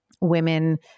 women